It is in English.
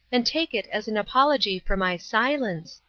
and take it as an apology for my silence,